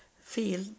feel